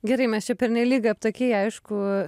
gerai mes čia pernelyg aptakiai aišku